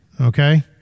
okay